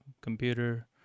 computer